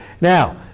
Now